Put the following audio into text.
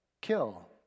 kill